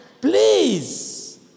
please